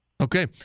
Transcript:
Okay